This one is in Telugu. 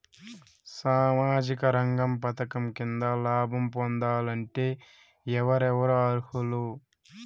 సామాజిక రంగ పథకం కింద లాభం పొందాలంటే ఎవరెవరు అర్హులు?